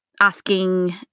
asking